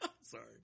Sorry